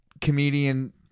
comedian